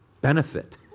benefit